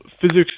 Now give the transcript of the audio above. physics